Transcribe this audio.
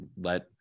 let